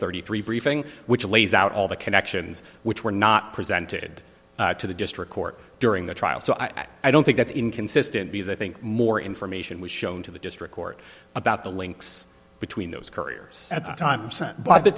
thirty three briefing which lays out all the connections which were not presented to the district court during the trial so i i don't think that's inconsistent because i think more information was shown to the district court about the links between those couriers at the time sent by the